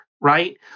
right